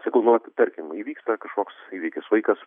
sakau nu vat tarkim įvyksta kažkoks įvykis vaikas